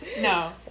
no